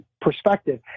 perspective